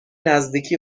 نزدیکی